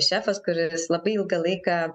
šefas kuris labai ilgą laiką